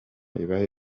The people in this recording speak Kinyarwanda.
ibahe